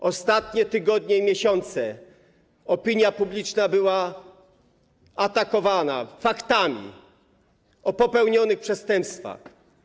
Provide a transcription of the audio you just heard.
Przez ostatnie tygodnie i miesiące opinia publiczna była atakowana faktami o popełnionych przestępstwach.